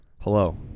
hello